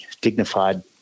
dignified